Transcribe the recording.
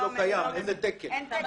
תדייק.